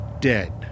dead